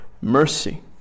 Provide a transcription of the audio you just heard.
mercy